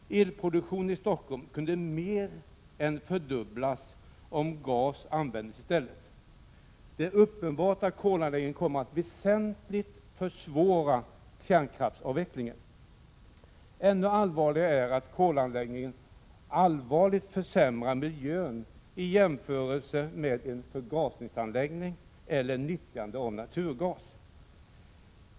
Elproduktionen i Stockholm kunde mer än fördubblas, om gas användes i stället. Det är uppenbart att kolanläggningen kommer att väsentligt försvåra kärnkraftsavvecklingen. Ännu allvarligare är att kolanläggningen allvarligt försämrar miljön i jämförelse med en förgasningsanläggning eller nyttjande av naturgas.